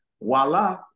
voila